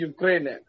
Ukraine